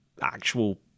actual